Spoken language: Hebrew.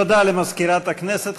תודה למזכירת הכנסת.